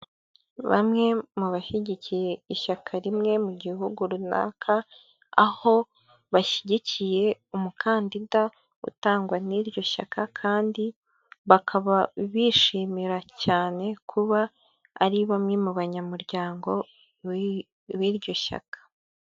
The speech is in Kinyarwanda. Bamwe mu bashyigikiye ishyaka rimwe mu gihugu runaka, aho bashyigikiye umukandida utangwa n'iryo shyaka kandi bakaba bishimira cyane kuba ari bamwe mu banyamuryango b'iryo shyaka.